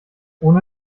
ohne